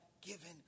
given